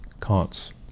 Kant's